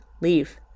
leave